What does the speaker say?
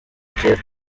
kera